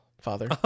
father